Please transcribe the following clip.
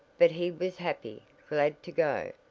but he was happy, glad to go,